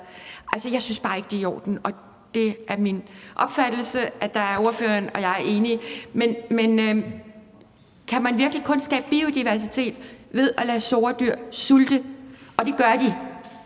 Jeg synes bare ikke, det er i orden. Og det er min opfattelse, at der er ordføreren og jeg enige. Kan man virkelig kun skabe biodiversitet ved at lade store dyr sulte? Og det gør de;